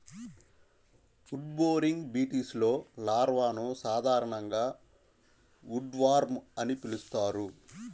wood boring బీటిల్స్లో లార్వాలను సాధారణంగా ఉడ్వార్మ్ అని పిలుస్తారు